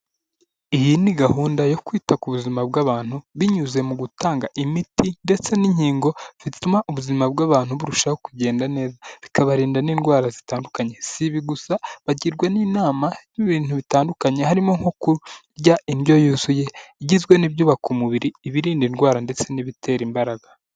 Iyi ni gahunda yo kwita ku buzima bw'abantu; binyuze mu gutanga imiti ndetse n'inkingo zituma ubuzima bw'abantu burushaho kugenda neza, bikabarinda n'indwara zitandukanye, sibi gusa bagirwa n'inama y'ibintu bitandukanye, harimo nko kurya indyo yuzuye igizwe n'ibyubaka umubiri, ibirinda indwara ndetse n'ibitera imbaraga.